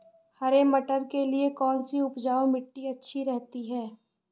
हरे मटर के लिए कौन सी उपजाऊ मिट्टी अच्छी रहती है?